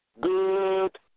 good